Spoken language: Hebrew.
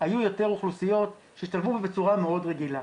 היו יותר אוכלוסיות שהשתלבו בו בצורה יותר רגילה,